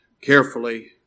carefully